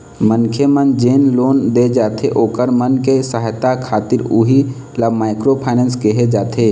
मनखे मन जेन लोन दे जाथे ओखर मन के सहायता खातिर उही ल माइक्रो फायनेंस कहे जाथे